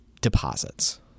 deposits